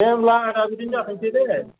दे होमब्ला आदा बिदिनो जाथोंसै दे